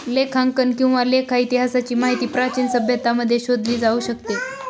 लेखांकन किंवा लेखा इतिहासाची माहिती प्राचीन सभ्यतांमध्ये शोधली जाऊ शकते